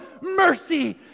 mercy